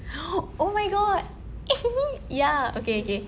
oh my god ya okay okay